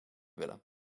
willen